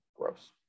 Gross